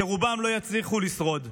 שרובם לא יצליחו לשרוד.